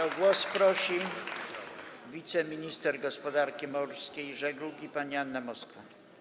O głos prosi wiceminister gospodarki morskiej i żeglugi pani Anna Moskwa.